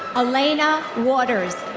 alaina waters.